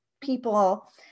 people